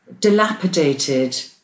dilapidated